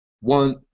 one